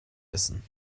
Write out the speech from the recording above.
essen